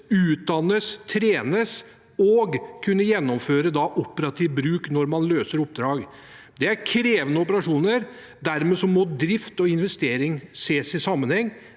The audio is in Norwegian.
utdannes, trenes og kunne gjennomføre operativ bruk når man løser oppdrag. Det er krevende operasjoner. Dermed må drift og investering ses i sammenheng.